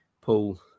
Paul